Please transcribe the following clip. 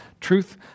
truth